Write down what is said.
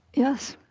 yes.